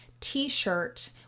t-shirt